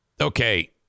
Okay